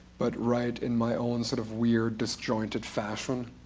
but write in my own sort of weird, disjointed fashion.